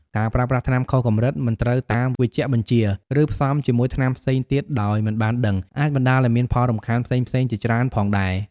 ការប្រើប្រាស់ថ្នាំខុសកម្រិត មិនត្រូវតាមវេជ្ជបញ្ជា ឬផ្សំជាមួយថ្នាំផ្សេងទៀតដោយមិនបានដឹង អាចបណ្ដាលឱ្យមានផលរំខានផ្សេងៗជាច្រើនផងដែរ។